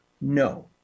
no